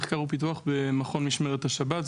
מחקר ופיתוח במכון משמרת השבת,